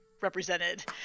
represented